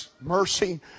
mercy